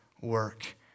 work